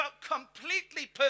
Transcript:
completely